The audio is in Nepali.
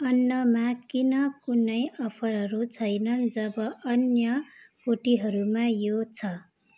अन्नमा किन कुनै अफरहरू छैनन् जब अन्य कोटीहरूमा यो छ